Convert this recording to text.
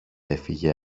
έφυγε